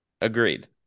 Agreed